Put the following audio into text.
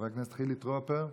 חבר הכנסת חילי טרופר,